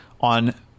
on